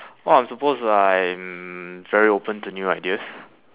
oh I'm supposed I'm very open to new ideas